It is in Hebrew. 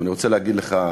אני רוצה להגיד לך,